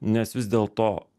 nes vis dėlto